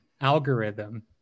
algorithm